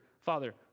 Father